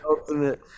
ultimate